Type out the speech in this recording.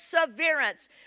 perseverance